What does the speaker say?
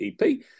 EP